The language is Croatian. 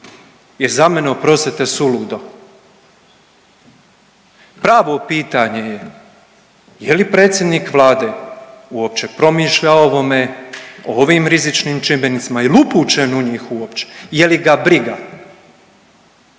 je za mene oprostite suludo. Pravo pitanje je, je li predsjednik vlada uopće promišlja o ovome, o ovim rizičnim čimbenicima? Jel upućen u njih uopće? Je li ga briga